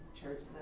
church